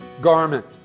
garment